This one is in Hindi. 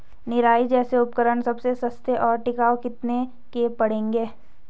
निराई जैसे उपकरण सबसे सस्ते और टिकाऊ कितने के पड़ेंगे?